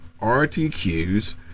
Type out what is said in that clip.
RTQs